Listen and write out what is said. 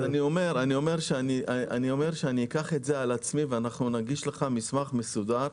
אני אומר שאני אקח את זה על עצמי ואנחנו נגיש לך מסמך מסודר.